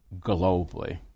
globally